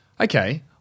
okay –